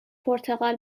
پرتغال